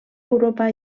europa